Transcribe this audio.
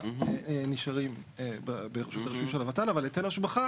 באמת לתת להם את הכבוד, את הזמן, את הדרך בתקנות.